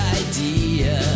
idea